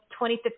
2015